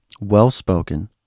Well-spoken